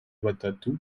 batatu